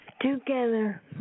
together